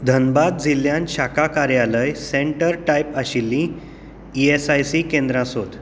धनबाद जिल्ल्यांत शाखा कार्यालय स्टेंर टायप आशिल्लीं ई एस आय सी केंद्रां सोद